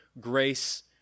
grace